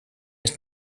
his